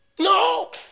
No